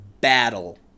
battle